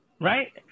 Right